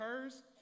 occurs